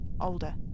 Older